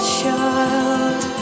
child